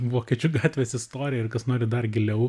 vokiečių gatvės istorija ir kas nori dar giliau